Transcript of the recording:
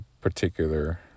particular